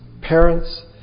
parents